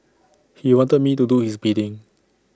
he wanted me to do his bidding